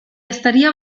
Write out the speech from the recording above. estaria